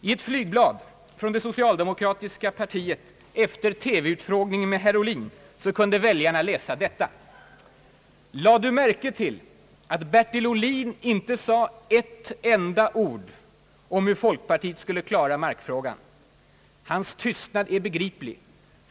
I ett flygblad från det socialdemokratiska partiet efter TV-utfrågningen med herr Ohlin kunde väljarna läsa: »Lade Du märke till att Bertil Ohlin inte sade ett enda ord om hur folkpartiet skulle klara markfrågan? Hans tystnad är begriplig.